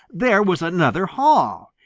there was another hall!